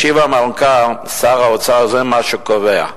משיב המנכ"ל: שר האוצר, זה מה שקובע החוק.